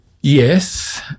Yes